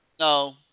No